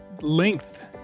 length